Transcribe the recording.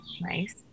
Nice